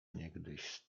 niegdyś